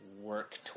work